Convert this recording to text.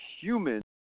humans